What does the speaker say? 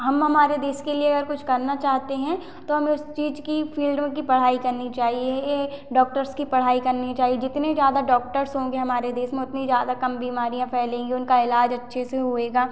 हम हमारे देश के लिए अगर कुछ करना चाहते हैं तो हमें उस चीज की फील्ड की पढ़ाई करनी चाहिए या डॉक्टर की पढ़ाई करनी चाहिए जितने ज़्यादा डॉक्टर्स होंगे हमारे देश में उतनी ज़्यादा कम बीमारियाँ फैलेंगी उनका इलाज अच्छे से होएगा